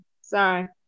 Sorry